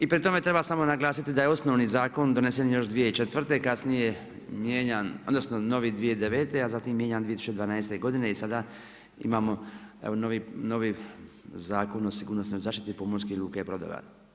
I pri tome treba samo naglasiti da je osnovi zakon donesen još 2004., kasnije mijenjan, odnosno novi 2009. a zatim mijenjan 2012. i sada imamo novi Zakon o sigurnosnoj zaštiti pomorskih luka i brodova.